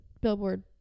Billboard